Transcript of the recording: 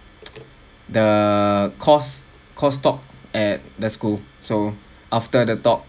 the course course talk at the school so after the talk